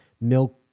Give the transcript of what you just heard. milk